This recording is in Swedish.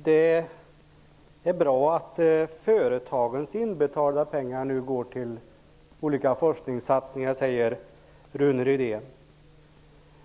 Herr talman! Det är bra att företagens inbetalda pengar går till olika forskningssatsningar, säger Rune Rydén.